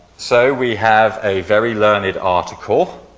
so, we have a very learned article